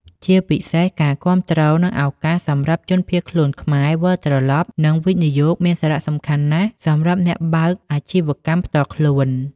ជាពិសេសការគាំទ្រ និងឱកាសសម្រាប់ជនភៀសខ្លួនខ្មែរវិលត្រឡប់ និងវិនិយោគមានសារះសំខាន់ណាស់សម្រាប់អ្នកបើកអាជិវកម្មផ្ទាល់ខ្លួន។